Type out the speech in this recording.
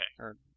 okay